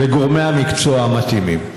לגורמי המקצוע המתאימים.